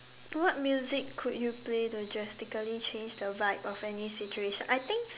what music could you play to drastically change the vibe of any situation I think